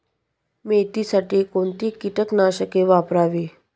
मेथीसाठी कोणती कीटकनाशके वापरावी?